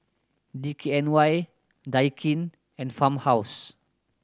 D K N Y Daikin and Farmhouse